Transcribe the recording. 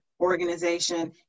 organization